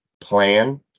plan